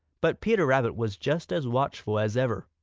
but peter rabbit was just as watchful as ever.